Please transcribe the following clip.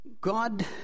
God